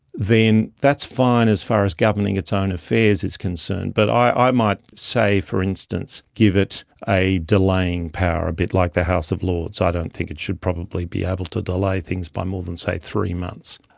then that's fine as far as governing its own affairs is concerned, but i might say, for instance, give it a delaying power, a bit like the house of lords. i don't think it should probably be able to delay things by more than, say, three months.